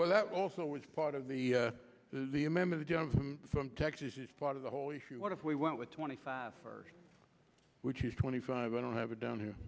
well that also was part of the lia member from texas is part of the whole issue what if we went with twenty five for which is twenty five i don't have it down here